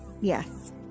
Yes